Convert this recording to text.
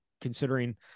considering